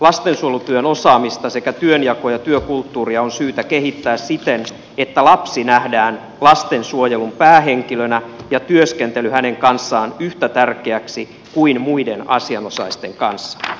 lastensuojelutyön osaamista sekä työnjakoa ja työkulttuuria on syytä kehittää siten että lapsi nähdään lastensuojelun päähenkilönä ja työskentely hänen kanssaan yhtä tärkeäksi kuin muiden asianosaisten kanssa